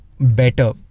Better